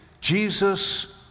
Jesus